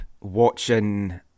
watching